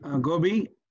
Gobi